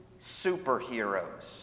superheroes